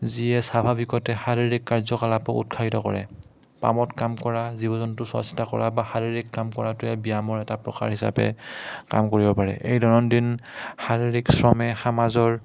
যিয়ে স্বাভাৱিকতে শাৰীৰিক কাৰ্যকলাপক উৎসাহিত কৰে পামত কাম কৰা জীৱ জন্তু চোৱা চিতা কৰা বা শাৰীৰিক কাম কৰাটোৱে ব্যায়ামৰ এটা প্ৰসাৰ হিচাপে কাম কৰিব পাৰে এই দৈনন্দিন শাৰীৰিক শ্ৰমে সমাজৰ